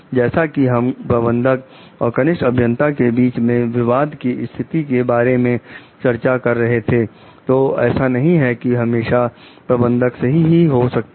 जैसा कि हम प्रबंधक और कनिष्ठ अभियंता के बीच में विवाद की स्थिति के बारे में चर्चा कर रहे थे तो ऐसा नहीं है कि हमेशा प्रबंधक सही ही हो सकता है